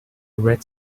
red